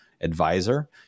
advisor